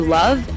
love